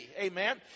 Amen